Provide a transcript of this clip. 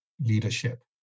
leadership